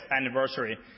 anniversary